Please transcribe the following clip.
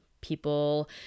people